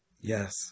Yes